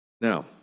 Now